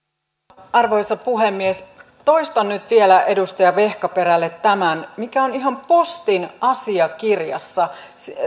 arvoisa puhemies toistan nyt vielä edustaja vehkaperälle tämän mikä on ihan postin asiakirjassa